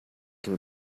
can